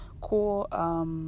cool